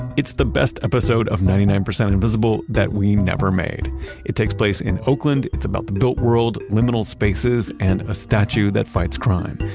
it's the best episode of ninety nine percent invisible that we never made it takes place in oakland. it's about the built world, liminal spaces and a statue that fights crime.